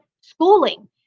schooling